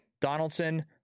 Donaldson